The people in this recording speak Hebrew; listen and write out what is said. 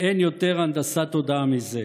אין יותר הנדסת תודעה מזה.